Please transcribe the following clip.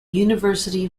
university